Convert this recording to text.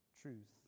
truth